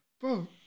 Bro